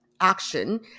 action